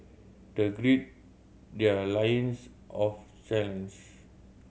they greed their loins of challenge